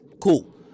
Cool